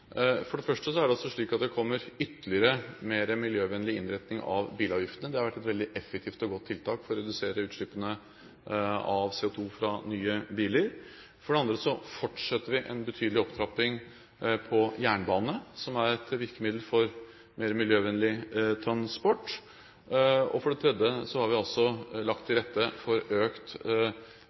For det første er det slik at det kommer ytterligere en mer miljøvennlig innretning av bilavgiftene, det har vært et veldig effektivt og godt tiltak for å redusere utslippene av CO2 fra nye biler. For det andre fortsetter vi en betydelig opptrapping på jernbane, som er et virkemiddel for mer miljøvennlig transport. For det tredje har vi lagt til rette for